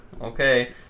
Okay